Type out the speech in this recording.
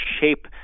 shape